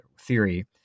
theory